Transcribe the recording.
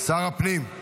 שר הפנים,